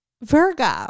Virgo